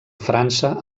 frança